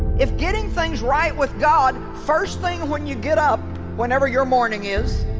if getting things right with god first thing when you get up whenever your morning is